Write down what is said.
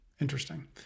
Interesting